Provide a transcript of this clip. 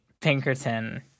Pinkerton